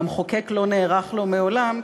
והמחוקק לא נערך לו מעולם,